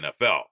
NFL